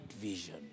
vision